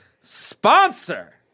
sponsor